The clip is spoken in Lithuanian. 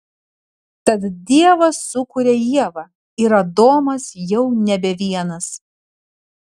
tad dievas sukuria ievą ir adomas jau nebe vienas